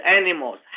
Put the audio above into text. animals